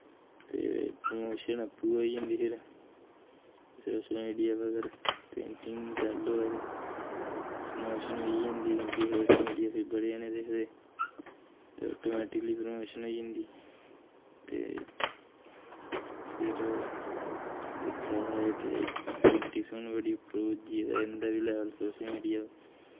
ते प्रमोशन आपूं गै होई जंदी फिर सोशल मीडिया पर अगर पेंटिंग सैल्ल होऐ ते प्रमोशन होई गै जंदी क्योंकि सोशल मीडिया फिर बड़े जने दिखदे ते आटोमैटिकली प्रमोशन होई जंदी ते फिर दिक्खै ते पेंटिंग्स हून बड़ी उप्पर पुज्जी गेदी ऐ इं'दा बी लेवल सोशल मीडिया पर